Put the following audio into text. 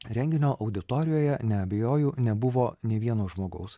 renginio auditorijoje neabejoju nebuvo nė vieno žmogaus